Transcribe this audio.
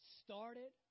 started